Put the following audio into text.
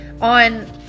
on